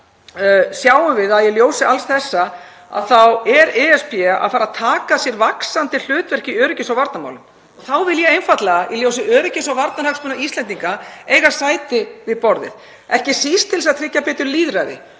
Í ljósi alls þessa er ESB að fara að taka sér vaxandi hlutverk í öryggis- og varnarmálum. Þá vil ég einfaldlega, í ljósi öryggis- og varnarhagsmuna Íslendinga, eiga sæti við borðið, ekki síst til þess að tryggja betur lýðræði